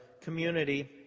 community